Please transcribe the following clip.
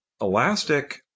Elastic